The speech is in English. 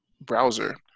browser